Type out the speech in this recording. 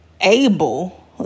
able